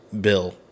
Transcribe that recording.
Bill